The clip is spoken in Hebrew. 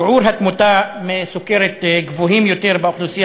שיעורי התמותה מסוכרת גבוהים יותר באוכלוסייה